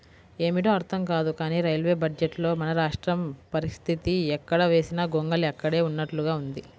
ఏమిటో అర్థం కాదు కానీ రైల్వే బడ్జెట్లో మన రాష్ట్ర పరిస్తితి ఎక్కడ వేసిన గొంగళి అక్కడే ఉన్నట్లుగా ఉంది